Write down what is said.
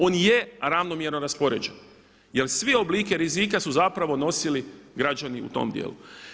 On je ravnomjerno raspoređen jer sve oblike rizika su zapravo nosili građani u tom dijelu.